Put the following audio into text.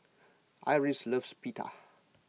Iris loves Pita